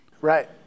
right